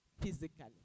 physically